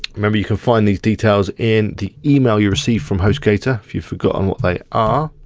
remember you can find these details in the email you received from hostgator, if you've forgotten what they ah